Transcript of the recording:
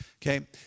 Okay